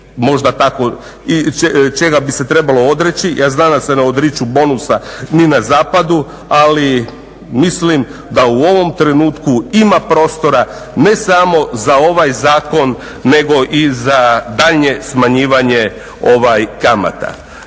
su ono čega bi se banke trebale odreći. Ja znam da se ne odriču bonusa ni na zapadu, ali mislim da u ovom trenutku ima prostora ne samo za ovaj zakon nego i za daljnje smanjivanje kamata.